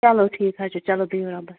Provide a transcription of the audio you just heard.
چلو ٹھیٖک حظ چھُ چلو بِہِو رۄبَس حوال